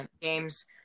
games